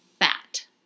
fat